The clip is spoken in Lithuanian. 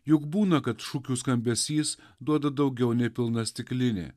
juk būna kad šukių skambesys duoda daugiau nei pilna stiklinė